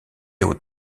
aux